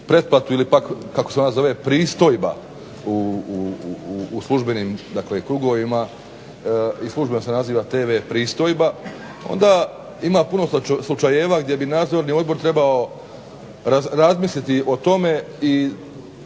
pretplatu ili kako se zove pristojba u službenim krugovima i službeno se naziva TV pristojba, onda ima puno slučajeva gdje bi Nadzorni odbor trebao razmisliti o tome i